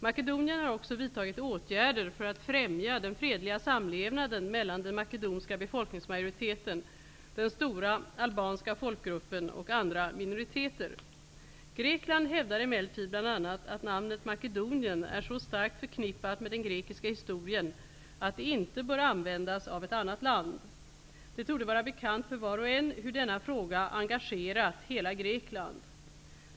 Makedonien har också vidtagit åtgärder för att främja den fredliga samlevnaden mellan den makedonska befolkningsmajoriteten, den stora albanska folkgruppen och andra minoriteter. Grekland hävdar emellertid bl.a. att namnet Makedonien är så starkt förknippat med den grekiska historien att det inte bör användas av ett annat land. Det torde vara bekant för var och en hur denna fråga engagerat hela Grekland.